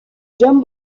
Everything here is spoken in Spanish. john